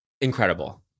incredible